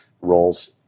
roles